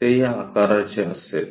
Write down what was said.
ते या आकाराचे असेल